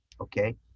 okay